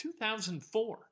2004